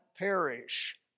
perish